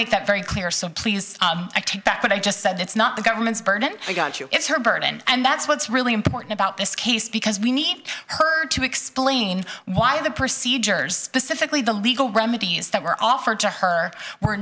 that very clear so please i take back what i just said that's not the government's burden i got you it's her burden and that's what's really important about this case because we need her to explain why the procedures pacifically the legal remedies that were offered to her were